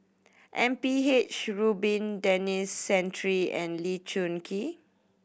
M P H Rubin Denis Santry and Lee Choon Kee